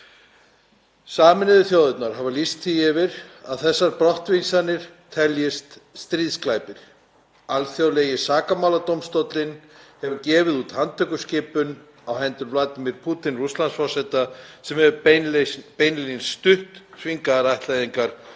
Sameinuðu þjóðirnar hafa lýst því yfir að þessar brottvísanir teljist stríðsglæpir. Alþjóðlegi sakamáladómstóllinn hefur gefið út handtökuskipun á hendur Vladímír Pútín Rússlandsforseta sem hefur beinlínis stutt þvingaðar ættleiðingar,